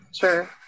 sure